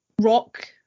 rock